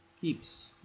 keeps